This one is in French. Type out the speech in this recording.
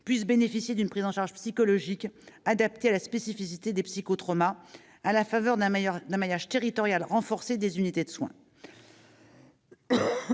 puisse bénéficier d'une prise en charge psychologique adaptée à la spécificité des psychotraumas, grâce à un maillage territorial renforcé des unités de soin.